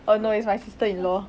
oh no it's my sister-in-law